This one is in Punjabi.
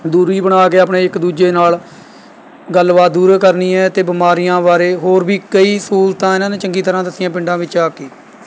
ਦੂਰੀ ਬਣਾ ਕੇ ਆਪਣੇ ਇੱਕ ਦੂਜੇ ਨਾਲ਼ ਗੱਲਬਾਤ ਦੂਰੋਂ ਕਰਨੀ ਹੈ ਅਤੇ ਬਿਮਾਰੀਆਂ ਬਾਰੇ ਹੋਰ ਵੀ ਕਈ ਸਹੂਲਤਾਂ ਇਨ੍ਹਾਂ ਨੇ ਚੰਗੀ ਤਰ੍ਹਾਂ ਦੱਸੀਆਂ ਪਿੰਡਾਂ ਵਿੱਚ ਆ ਕੇ